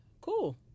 cool